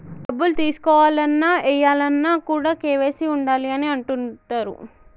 డబ్బులు తీసుకోవాలన్న, ఏయాలన్న కూడా కేవైసీ ఉండాలి అని అంటుంటరు